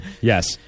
Yes